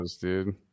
dude